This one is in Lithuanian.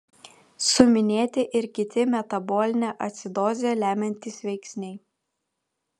suminėti ir kiti metabolinę acidozę lemiantys veiksniai